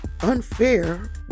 unfair